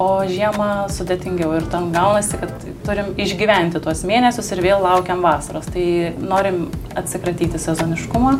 o žiemą sudėtingiau ir ten gaunasi kad turim išgyventi tuos mėnesius ir vėl laukiam vasaros tai norim atsikratyti sezoniškumo